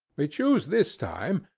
we choose this time,